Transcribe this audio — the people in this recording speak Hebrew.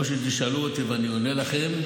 או שתשאלו אותי ואני עונה לכם,